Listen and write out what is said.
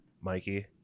Mikey